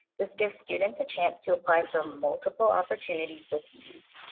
this gives students a chance to apply for multiple opportunities with ease.